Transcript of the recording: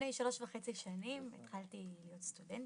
שלוש וחצי שנים התחלתי להיות סטודנטית.